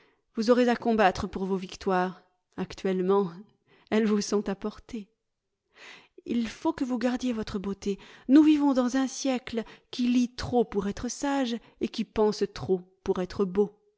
vous aurez à combattre pour vos victoires actuellement elles vous sont apportées il faut que vous gardiez votre beauté nous vivons dans un siècle qui lit trop pour être sage et qui pense trop pour être beau